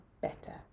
better